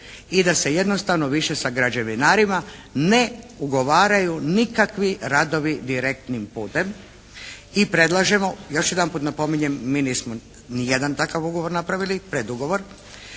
i da se jednostavno više sa građevinarima ne ugovaraju nikakvi radovi direktnim putem i predlažemo, još jedanput napominjem mi nismo ni jedan takav ugovor napravili, predugovor